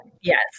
Yes